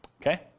Okay